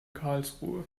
karlsruhe